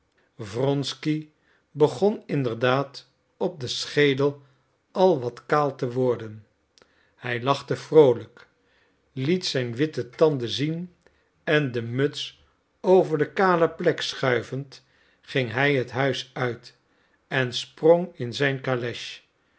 wronsky begon inderdaad op den schedel al wat kaal te worden hij lachte vroolijk liet zijn witte tanden zien en de muts over de kale plek schuivend ging hij het huis uit en sprong in zijn